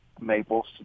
maples